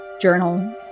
journal